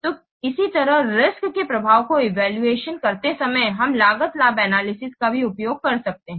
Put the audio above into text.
तो इसी तरह रिस्क्स के प्रभाव का इवैल्यूएशन करते समय हम लागत लाभ एनालिसिस का भी उपयोग कर सकते हैं